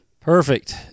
Perfect